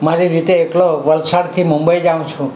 મારી રીતે એકલો વલસાડથી મુંબઈ જાઉં છું